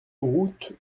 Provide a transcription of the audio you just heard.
route